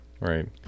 right